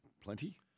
Plenty